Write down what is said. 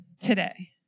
today